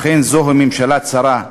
אכן זו ממשלה צרה.